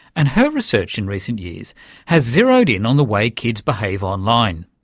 and her research in recent years has zeroed in on the way kids behave online.